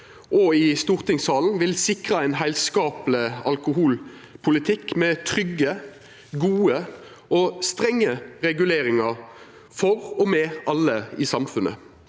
stortingssalen vil sikra ein heilskapleg alkoholpolitikk med trygge, gode og strenge reguleringar for og med alle i samfunnet.